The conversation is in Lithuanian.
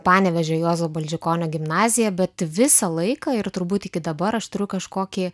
panevėžio juozo balčikonio gimnaziją bet visą laiką ir turbūt iki dabar aš turiu kažkokį